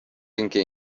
اینکه